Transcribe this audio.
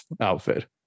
outfit